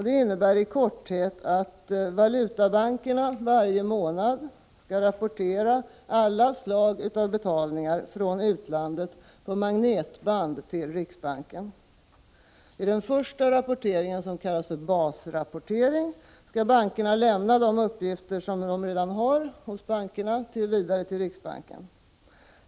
Det innebär i korthet att valutabankerna varje månad skall rapportera alla slag av betalningar från utlandet på magnetband till riksbanken. I den första rapporteringen — som kallas basrapportering — skall bankerna lämna de uppgifter som de redan har vidare till riksbanken.